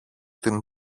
την